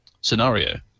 scenario